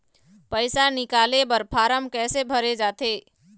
पैसा निकाले बर फार्म कैसे भरे जाथे?